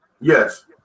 Yes